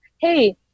hey